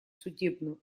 судебную